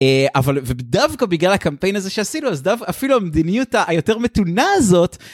אבל ודווקא בגלל הקמפיין הזה שעשינו אז דווקא אפילו המדיניות היותר מתונה הזאת